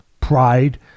pride